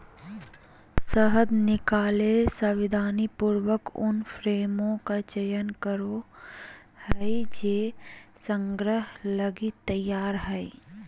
शहद निकलैय सावधानीपूर्वक उन फ्रेमों का चयन करो हइ जे संग्रह लगी तैयार हइ